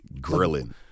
grilling